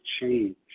change